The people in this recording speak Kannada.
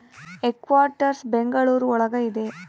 ಕೆನರಾ ಬ್ಯಾಂಕ್ ಹೆಡ್ಕ್ವಾಟರ್ಸ್ ಬೆಂಗಳೂರು ಒಳಗ ಇದೆ